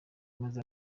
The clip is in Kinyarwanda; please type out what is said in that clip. amaze